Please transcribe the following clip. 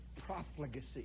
profligacy